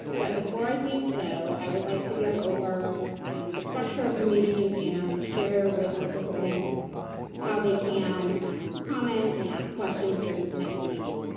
but before i do so, i would like to go over and the structure of the meeting and share with participants how they can comment and ask questions during tonight's meeting.